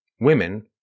Women